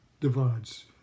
divides